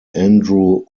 andrew